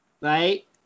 right